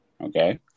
Okay